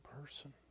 person